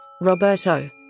Roberto